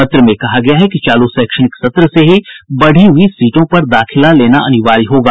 पत्र में कहा गया है कि चालू शैक्षणिक सत्र से ही बढ़ी हुई सीटों पर दाखिला लेना अनिवार्य होगा